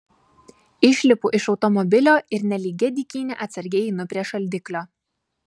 išlipu iš automobilio ir nelygia dykyne atsargiai einu prie šaldiklio